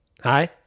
Hi